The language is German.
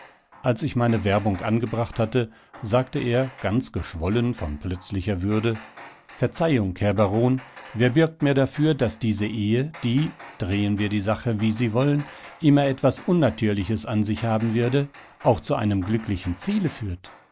als ich meine werbung angebracht hatte sagte er ganz geschwollen von plötzlicher würde verzeihung herr baron wer bürgt mir dafür daß diese ehe die drehen wir die sache wie sie wollen immer etwas unnatürliches an sich haben würde auch zu einem glücklichen ziele führt